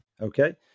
Okay